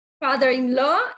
father-in-law